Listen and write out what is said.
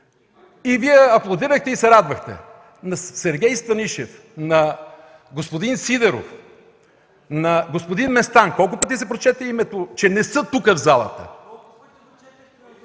и Вие аплодирахте, и се радвахте. На Сергей Станишев, на господин Сидеров, на господин Местан – колко пъти се прочете името, че не са тука, в залата...?!